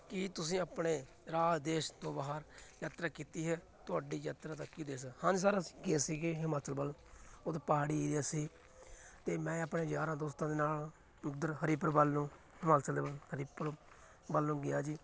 ਕੀ ਤੁਸੀਂ ਆਪਣੇ ਰਾਜ ਦੇਸ਼ ਤੋਂ ਬਾਹਰ ਯਾਤਰਾ ਕੀਤੀ ਹੈ ਤੁਹਾਡੀ ਯਾਤਰਾ ਦਾ ਕੀ ਉਦੇਸ਼ ਹੈ ਹਾਂਜੀ ਸਰ ਅਸੀਂ ਗਏ ਸੀਗੇ ਹਿਮਾਚਲ ਵੱਲ ਉੱਥੇ ਪਹਾੜੀ ਏਰੀਆ ਸੀ ਅਤੇ ਮੈਂ ਆਪਣੇ ਯਾਰਾਂ ਦੋਸਤਾਂ ਦੇ ਨਾਲ ਉੱਧਰ ਹਰੀਪੁਰ ਵੱਲ ਨੂੰ ਹਿਮਾਚਲ ਦੇ ਵੱਲ ਹਰੀਪੁਰ ਵੱਲ ਨੂੰ ਗਿਆ ਜੀ